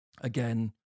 again